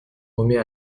remet